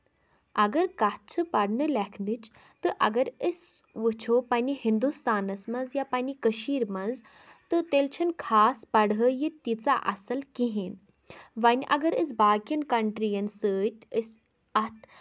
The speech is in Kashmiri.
اَگر کَتھ چھِ پَرنہٕ لٮ۪کھنٕچ تہٕ اَگر أسۍ وُچھو پَنٕنہِ ہِندوستانس منٛز یا پَنٕںہِ کٔشیٖر منٛز تہٕ تیٚلہِ چھےٚ نہٕ خاص پَڑٲے یہِ تیٖژہ اَصٕل کِہینۍ وۄنۍ اَگر أسۍ باقٮ۪ن کَنٹرین سۭتۍ أسۍ اَتھ